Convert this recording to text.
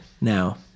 now